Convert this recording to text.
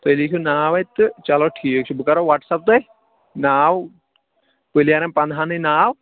تُہۍ لیٖکھِو ناو اَتہِ تہٕ چلو ٹھیٖک چھُ بہٕ کَرو وَٹسَپ تۄہہِ ناو پٕلَیرن پنٛدٕہَن ہٕنٛدۍ ناو